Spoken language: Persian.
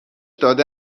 داده